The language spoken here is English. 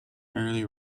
early